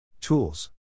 Tools